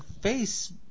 face